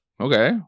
Okay